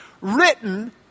written